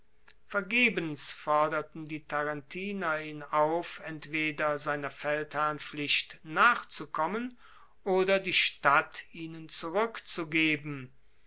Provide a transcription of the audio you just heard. vergebens forderten die tarentiner ihn auf entweder seiner feldherrnpflicht nachzukommen oder die stadt ihnen zurueckzugeben